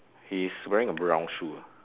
he's wearing a brown shoe ah